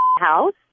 house